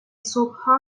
صبحها